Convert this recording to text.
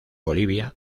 bolivia